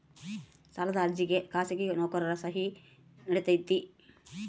ಸಾಲದ ಅರ್ಜಿಗೆ ಖಾಸಗಿ ನೌಕರರ ಸಹಿ ನಡಿತೈತಿ?